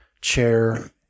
chair